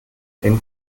den